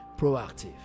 proactive